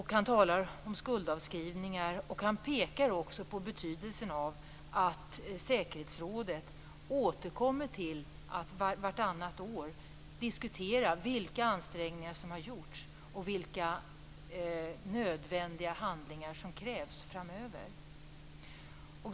Han talar om skuldavskrivningar. Han pekar på betydelsen av att säkerhetsrådet vartannat år återkommer till att diskutera vilka ansträngningar som har gjorts och vilka nödvändiga handlingar som krävs framöver.